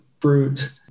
fruit